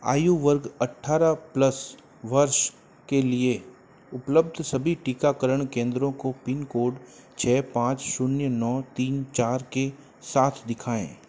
आयु वर्ग अठारह प्लस वर्ष के लिए उपलब्ध सभी टीकाकरण केंद्रों को पिनकोड छः पाँच शून्य नौ तीन चार के साथ दिखाएँ